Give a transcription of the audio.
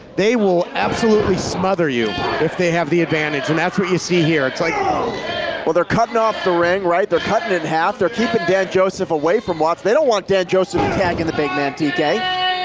they will absolutely smother you if they have the advantage and that's what you see here it's like well they're cuttin' off the ring, right? they're cuttin' in half, they're keeping dan joseph away from watts. they don't want dan joseph tagging the big man,